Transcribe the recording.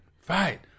fight